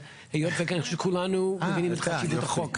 אבל היות שכולנו מבינים את חשיבות החוק,